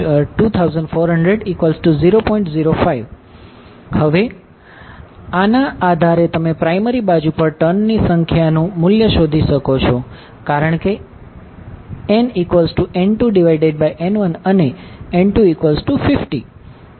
05 હવે આના આધારે તમે પ્રાયમરી બાજુ પર ટર્નની સંખ્યાનનુ મુલ્ય શોધી શકો છો કારણ કે nN2N1 અને N250